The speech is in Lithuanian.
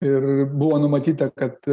ir buvo numatyta kad